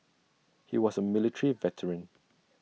he was A military veteran